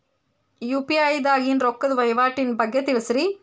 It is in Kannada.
ಯು.ಪಿ.ಐ ದಾಗಿನ ರೊಕ್ಕದ ವಹಿವಾಟಿನ ಬಗ್ಗೆ ತಿಳಸ್ರಿ